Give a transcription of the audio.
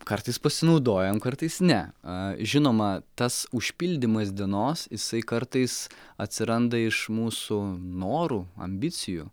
kartais pasinaudojam kartais ne a žinoma tas užpildymas dienos jisai kartais atsiranda iš mūsų norų ambicijų